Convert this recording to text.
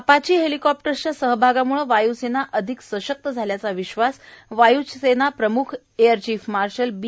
Apache हेलिकॉप्टर्सच्या सहभागाम्ळे वाय्सेना अधिक सशक्त झाल्याचा विश्वास वायूसेना प्रमुख एअरचीफ मार्शल बी